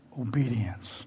Obedience